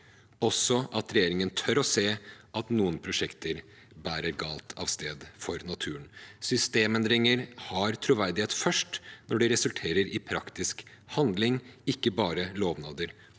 også at regjeringen tør å se at noen prosjekter bærer galt av sted for naturen. Systemendringer har troverdighet først når det resulterer i praktisk handling, ikke bare lovnader